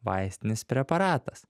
vaistinis preparatas